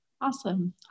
Awesome